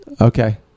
Okay